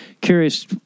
curious